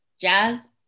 jazz